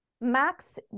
Max